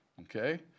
okay